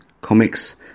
comics